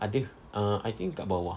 ada uh I think kat bawah